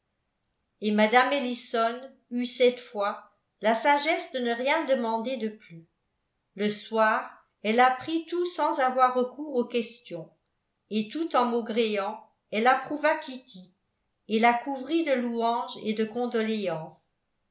et mme ellison eut cette fois la sagesse de ne rien demander de plus le soir elle apprit tout sans avoir recours aux questions et tout en maugréant elle approuva kitty et la couvrit de louanges et de condoléances